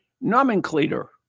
nomenclator